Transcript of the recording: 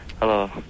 Hello